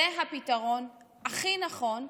זה הפתרון הכי נכון,